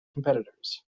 competitors